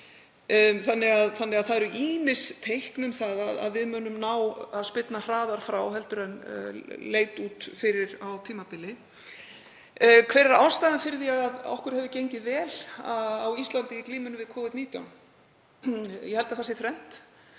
Það eru því ýmis teikn um að við munum ná að spyrna hraðar frá en leit út fyrir á tímabili. Hver er ástæðan fyrir því að okkur hefur gengið vel á Íslandi í glímunni við Covid-19? Ég held að það sé þrennt.